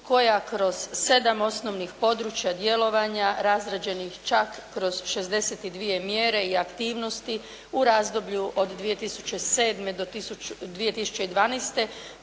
koja kroz 7 osnovnih područja djelovanja razrađenih čak kroz 62 mjere i aktivnosti u razdoblju od 2007. do 2012.